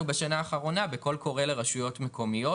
בשנה האחרונה בקול קורא לרשויות מקומיות,